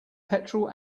petrol